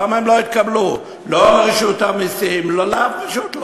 למה הם לא התקבלו לא לרשות המסים ולא לאף רשות?